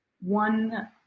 One